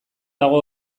dago